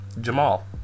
Jamal